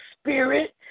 spirit